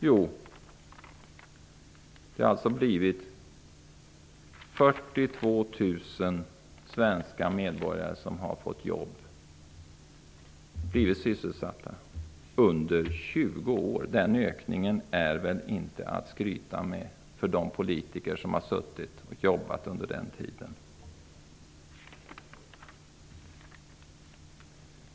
Jo, under 20 år har 42 000 fler svenska medborgare blivit sysselsatta. Den ökningen är väl inget att skryta med för de politiker som har verkat under den tiden. Herr talman!